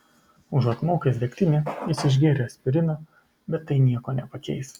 užuot maukęs degtinę jis išgėrė aspirino bet tai nieko nepakeis